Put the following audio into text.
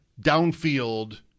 downfield